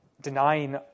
denying